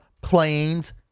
Planes